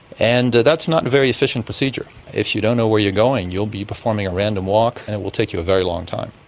and that's not a very efficient procedure. if you don't know where you're going, you'll be performing a random walk and it will take you a very long time.